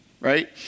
Right